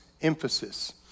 emphasis